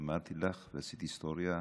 אמרתי לך, עשית היסטוריה.